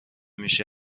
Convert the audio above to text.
میشه